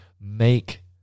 make